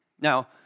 Now